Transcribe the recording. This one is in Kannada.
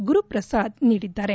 ಗುರುಪ್ರಸಾದ್ ನೀಡಲಿದ್ದಾರೆ